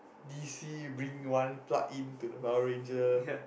D_C bring one plug into Power Ranger